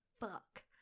fuck